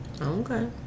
Okay